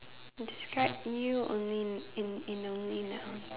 describe you only in in only nouns